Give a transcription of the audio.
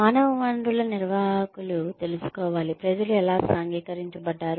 మానవ వనరుల నిర్వాహకులు తెలుసుకోవాలి ప్రజలు ఎలా సాంఘికీకరించబడ్డారు